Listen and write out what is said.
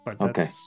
Okay